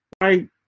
Right